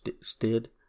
stood